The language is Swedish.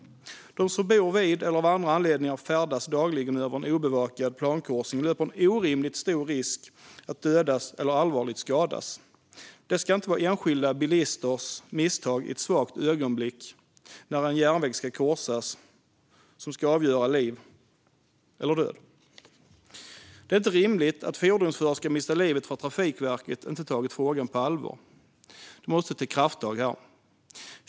De som bor vid eller av andra anledningar dagligen färdas över en obevakad plankorsning löper en orimligt stor risk att dödas eller allvarligt skadas. Det ska inte vara enskilda bilisters misstag i ett svagt ögonblick när en järnväg ska korsas som avgör liv eller död. Det är inte rimligt att fordonsförare ska mista livet för att Trafikverket inte tagit frågan på allvar. Det måste till krafttag här.